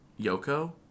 Yoko